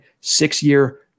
six-year